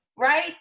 Right